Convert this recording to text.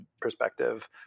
perspective